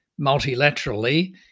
multilaterally